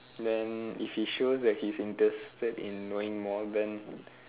then if he shows that he is interested in knowing more then